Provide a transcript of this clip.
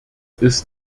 ist